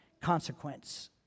consequence